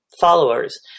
followers